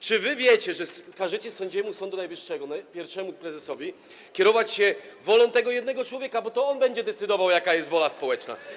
Czy wy wiecie, że każecie sędziemu Sądu Najwyższego, pierwszemu prezesowi, kierować się wolą tego jednego człowieka, bo to on będzie decydował, jaka jest wola społeczna?